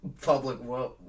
public